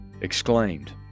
exclaimed